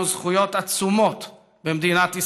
היו זכויות עצומות במדינת ישראל,